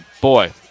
boy